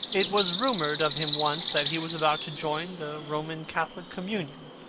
it was rumoured of him once that he was about to join the roman catholic communion,